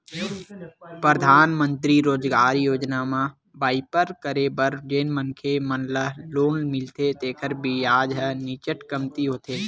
परधानमंतरी रोजगार योजना म बइपार करे बर जेन मनखे मन ल लोन मिलथे तेखर बियाज ह नीचट कमती होथे